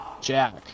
jack